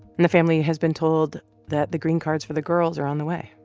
and the family has been told that the green cards for the girls are on the way